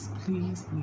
please